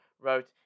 wrote